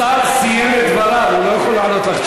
השר סיים את דבריו, הוא לא יכול לענות לך.